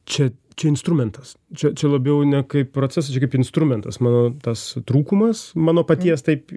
čia čia instrumentas čia čia labiau ne kaip procesas čia kaip instrumentas mano tas trūkumas mano paties taip